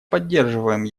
поддерживаем